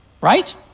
Right